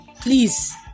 please